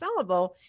sellable